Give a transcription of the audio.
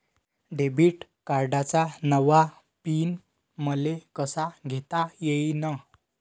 Debit कार्डचा नवा PIN मले कसा घेता येईन?